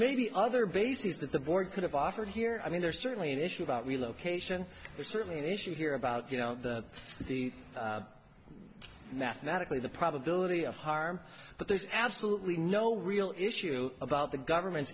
may be other bases that the board could have offered here i mean there's certainly an issue about relocation it's certainly an issue here about you know the mathematically the probability of harm but there's absolutely no real issue about the government's